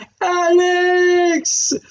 Alex